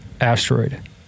asteroid